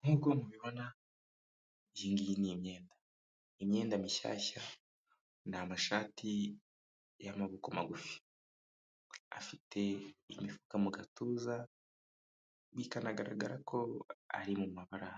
Nk'uko mubibona iyi ngiyi ni imyenda, imyenda mishyashya ni amashati y'amaboko magufi afite imifuka mu gatuza bikanagaragara ko ari mu mabara